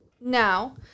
now